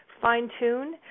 fine-tune